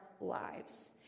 lives